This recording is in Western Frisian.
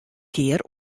kear